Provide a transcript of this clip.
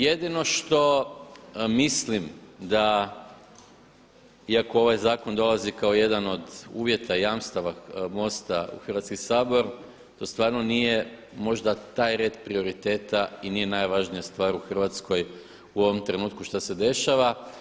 Jedino što mislim da, iako ovaj zakon dolazi kao jedan od uvjeta jamstava MOST-a u Hrvatski sabor to stvarno nije možda taj red prioriteta i nije najvažnija stvar u Hrvatskoj u ovom trenutku što se dešava.